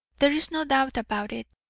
there is no doubt about it.